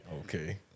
Okay